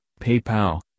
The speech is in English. PayPal